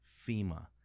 FEMA